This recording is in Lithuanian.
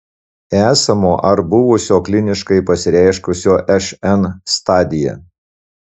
esamo ar buvusio kliniškai pasireiškusio šn stadija